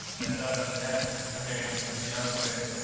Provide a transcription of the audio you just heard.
then rather err again the other way.